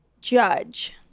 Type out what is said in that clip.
judge